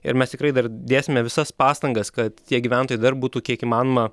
ir mes tikrai dar dėsime visas pastangas kad tie gyventojai dar būtų kiek įmanoma